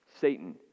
Satan